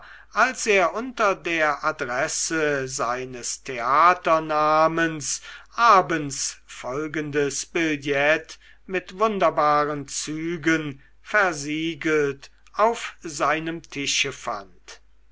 als er unter der adresse seines theaternamens abends folgendes billett mit wunderbaren zügen versiegelt auf seinem tische fand